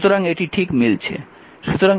সুতরাং এটি ঠিক মিলছে